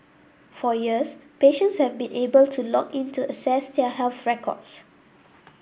for years patients have been able to log in to access their health records